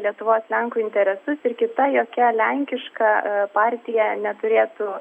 lietuvos lenkų interesus ir kita jokia lenkiška partija neturėtų